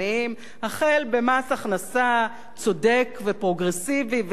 החל במס הכנסה צודק ופרוגרסיבי ושאר המסים